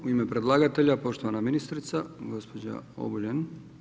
U ime predlagatelja, poštovana ministrica gospođa Obuljen.